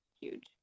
huge